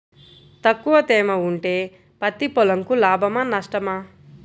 తక్కువ తేమ ఉంటే పత్తి పొలంకు లాభమా? నష్టమా?